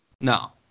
No